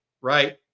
right